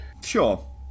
sure